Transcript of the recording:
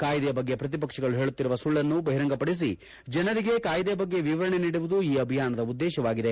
ಕಾಯಿದೆಯ ಬಗ್ಗೆ ಪ್ರತಿಪಕ್ಷಗಳು ಹೇಳುತ್ತಿರುವ ಸುಳ್ಳನ್ನು ಬಹಿರಂಗಪಡಿಸಿ ಜನರಿಗೆ ಕಾಯಿದೆ ಬಗ್ಗೆ ವಿವರಣೆ ನೀಡುವುದು ಈ ಅಭಿಯಾನದ ಉದ್ದೇಶವಾಗಿದೆ